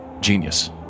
Genius